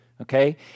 Okay